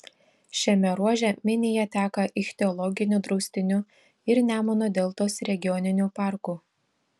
šiame ruože minija teka ichtiologiniu draustiniu ir nemuno deltos regioniniu parku